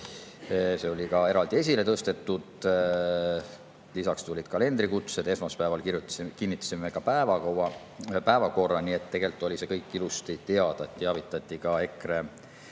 see oli ka eraldi esile tõstetud. Lisaks tulid kalendrikutsed. Esmaspäeval kinnitasime ka päevakorra. Nii et tegelikult oli see kõik ilusti teada. Teavitati ka EKRE